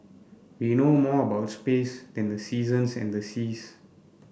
we know more about space than the seasons and the seas